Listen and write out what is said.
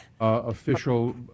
official